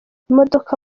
imodoka